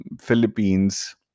Philippines